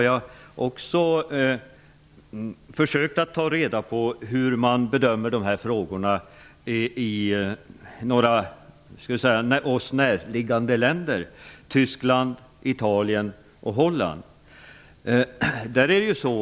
Jag har försökt ta reda på hur man bedömer frågan i några oss närliggande länder -- Tyskland, Italien och Holland.